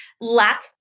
lack